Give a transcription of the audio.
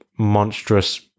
monstrous